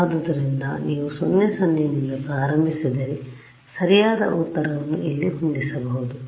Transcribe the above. ಆದ್ದರಿಂದ ನೀವು 0 0 ನಿಂದ ಪ್ರಾರಂಭಿಸಿದರೆ ಸರಿಯಾದ ಉತ್ತರವನ್ನು ಇಲ್ಲಿ ಹೊಂದಿಸಬಹುದು